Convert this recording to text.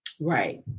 Right